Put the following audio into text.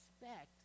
respect